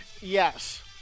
Yes